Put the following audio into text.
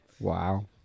Wow